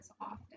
often